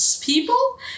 people